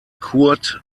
kurt